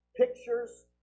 pictures